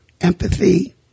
empathy